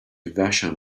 vashon